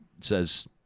says